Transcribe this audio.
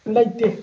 ꯂꯩꯇꯦ